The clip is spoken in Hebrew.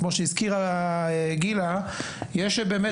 כמו שהזכירה גילה, יש באמת